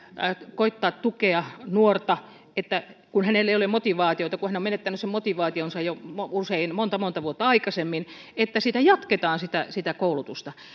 koettaa tukea nuorta kun hänellä ei ole motivaatiota kun hän on menettänyt sen motivaationsa usein jo monta monta vuotta aikaisemmin että jatketaan sitä sitä koulutusta